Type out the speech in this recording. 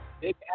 Big